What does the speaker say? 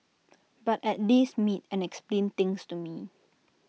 but at least meet and explain things to me